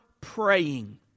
praying